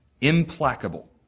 implacable